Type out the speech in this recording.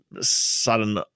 sudden